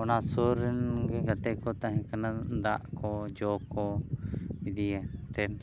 ᱚᱱᱟ ᱥᱩᱨ ᱨᱮᱱ ᱜᱮ ᱜᱟᱛᱮ ᱠᱚ ᱛᱟᱦᱮᱸ ᱠᱟᱱᱟ ᱫᱟᱜ ᱠᱚ ᱡᱚ ᱠᱚ ᱤᱫᱤ ᱠᱟᱛᱮᱫ